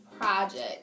Project